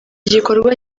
gikorwa